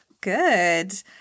Good